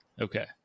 Okay